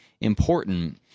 important